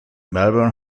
melbourne